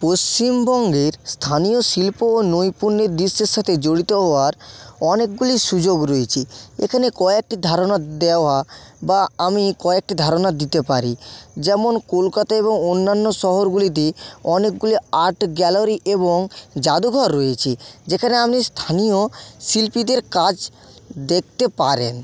পশ্চিমবঙ্গের স্থানীয় শিল্প ও নৈপুণ্যের দিশ্যের সাথে জড়িত হওয়ার অনেকগুলি সুযোগ রয়েছে এখানে কয়েকটি ধারণা দেওয়া বা আমি কয়েকটি ধারণা দিতে পারি যেমন কলকাতা এবং অন্যান্য শহরগুলিতে অনেকগুলি আর্ট গ্যালারি এবং জাদুঘর রয়েছে যেখানে আমি স্থানীয় শিল্পীদের কাজ দেখতে পারেন